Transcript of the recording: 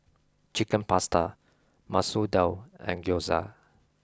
Chicken Pasta Masoor Dal and Gyoza